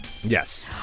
Yes